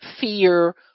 fear